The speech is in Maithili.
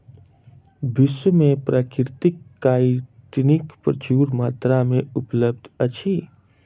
विश्व में प्राकृतिक काइटिन प्रचुर मात्रा में उपलब्ध अछि